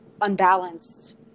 unbalanced